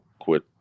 quit